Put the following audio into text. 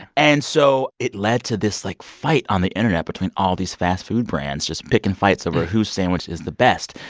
and so it led to this, like, fight on the internet between all these fast-food brands, just picking fights over whose sandwich is the best.